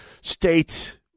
state